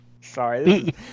Sorry